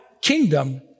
kingdom